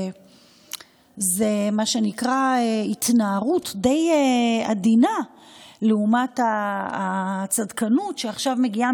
זה מה שנקרא התנערות די עדינה לעומת הצדקנות שמגיעה